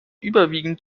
überwiegend